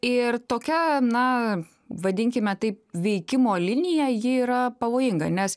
ir tokia na vadinkime taip veikimo linija ji yra pavojinga nes